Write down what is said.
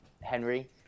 Henry